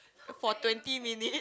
for twenty minute